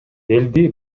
элди